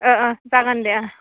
औ औ जागोन दे औ